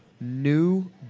New